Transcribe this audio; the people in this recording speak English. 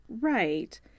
Right